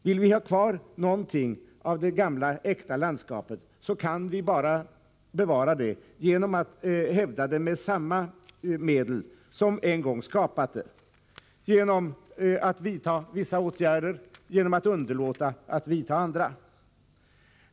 Vill vi ha kvar någonting av det gamla, äkta landskapet, kan vi bevara det enbart genom att hävda det med samma medel som en gång skapat det, genom att vidta vissa åtgärder och genom att underlåta att vidta andra.